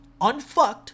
unfucked